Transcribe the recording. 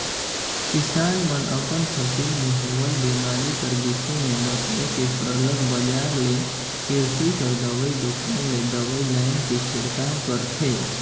किसान मन अपन फसिल में होवल बेमारी कर बिसे में बताए के सरलग बजार ले किरसी कर दवई दोकान ले दवई लाएन के छिड़काव करथे